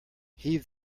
heave